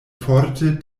forte